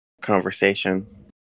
conversation